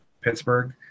Pittsburgh